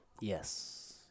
Yes